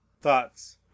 thoughts